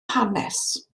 hanes